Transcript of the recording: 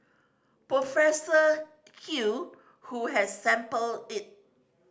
Professor Hew who has sampled it